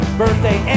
birthday